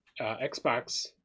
xbox